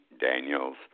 Daniels